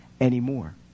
anymore